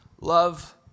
love